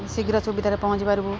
ଶୀଘ୍ର ସୁବିଧାରେ ପହଞ୍ଚି ପାରିବୁ